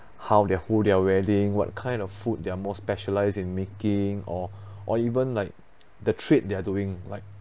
how their hold their wedding what kind of food they're more specialised in making or or even like the trade they're doing like